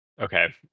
okay